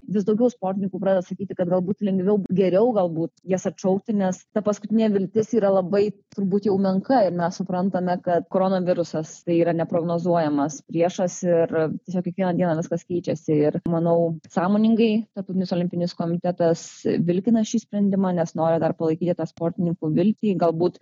vis daugiau sportininkų pradeda sakyti kad galbūt lengviau geriau galbūt jas atšaukti nes ta paskutinė viltis yra labai turbūt jau menka ir mes suprantame kad koronavirusas tai yra neprognozuojamas priešas ir tiesiog kiekvieną dieną viskas keičiasi ir manau sąmoningai tarptautinis olimpinis komitetas vilkina šį sprendimą nes nori dar palaikyti tą sportininkų viltį galbūt